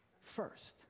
first